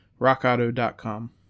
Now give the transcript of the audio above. RockAuto.com